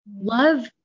Love